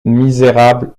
misérable